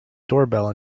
doorbell